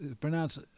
pronounce